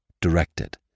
directed